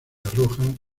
arrojan